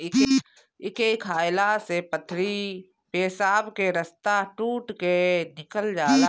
एके खाएला से पथरी पेशाब के रस्ता टूट के निकल जाला